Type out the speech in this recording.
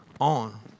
on